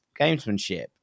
gamesmanship